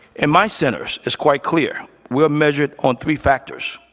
in my centers, it's quite clear, we're measured on three factors.